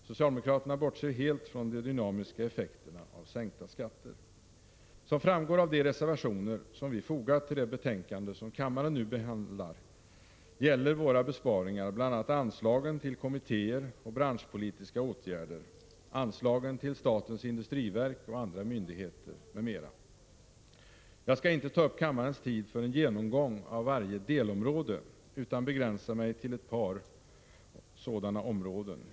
Socialdemokraterna bortser helt från de dynamiska effekterna av sänkta skatter. Som framgår av de reservationer som vi fogat till det betänkande som kammaren nu behandlar, gäller våra besparingar bl.a. anslagen till kommittéer och branschpolitiska åtgärder, anslagen till statens industriverk och andra myndigheter, m.m. Jag skall inte ta upp kammarens tid för en genomgång av varje delområde utan begränsar mig till ett par sådana områden.